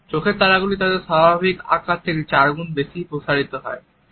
চোখের তারাগুলি তাদের স্বাভাবিক আকার থেকে চার গুণ বেশি প্রসারিত হতে পারে